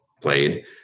played